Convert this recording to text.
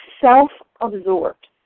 self-absorbed